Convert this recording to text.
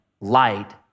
light